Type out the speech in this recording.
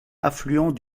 affluent